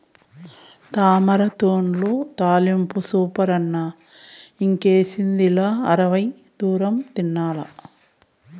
తామరతూడ్ల తాలింపు సూపరన్న ఇంకేసిదిలా అరవై దూరం తినాల్ల